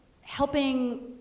helping